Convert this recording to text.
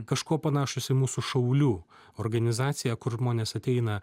kažkuo panašūs į mūsų šaulių organizaciją kur žmonės ateina